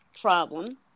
problem